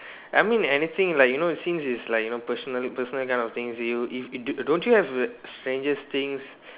I mean anything like you know since its like you know personal personal kind of things you if you d~ don't you have strangest things